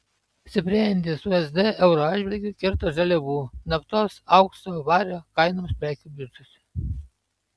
stiprėjantis usd euro atžvilgiu kirto žaliavų naftos aukso vario kainoms prekių biržose